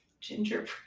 Gingerbread